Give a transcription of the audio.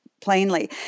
Plainly